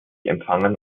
empfangen